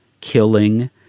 killing